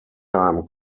time